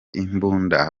imbunda